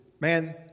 man